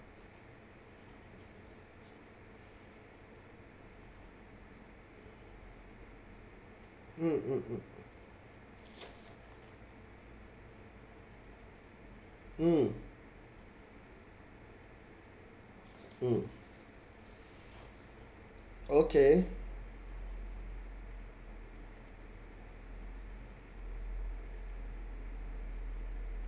mm mm mm mm mm okay